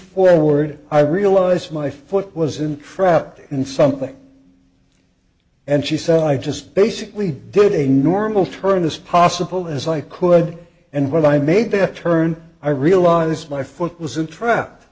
forward i realized my foot was incredibly in something and she said i just basically did a normal turn as possible as i could and when i made the turn i realized my foot was entrapped